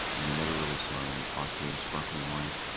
and you never really saw any austrian sparkling wines,